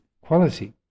quality